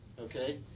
okay